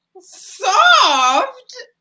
Soft